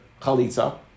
chalitza